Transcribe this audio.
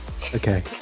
okay